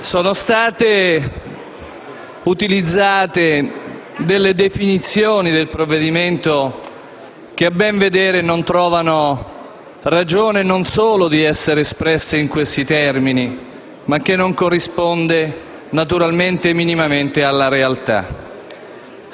Sono state utilizzate definizioni del provvedimento che a ben vedere non solo non hanno ragione di essere espresse in questi termini, ma che non corrispondono minimamente alla realtà.